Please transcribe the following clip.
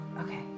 Okay